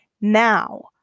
Now